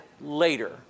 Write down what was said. later